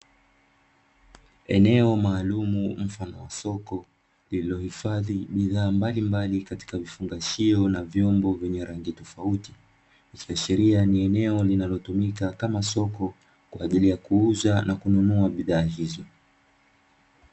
Eneo maalumu mfano wa soko, lililohifadhi bidhaa mbalimbali katika vifungashio na vyombo vyenye rangi tofautitofauti, ikiashiria ni eneo linalotumika kama soko kwa ajili ya kuuza na kununua bidhaa hizo.